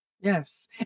Yes